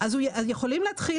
יכולים להתחיל